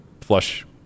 flush